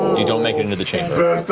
you don't make it into the chamber.